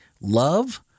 love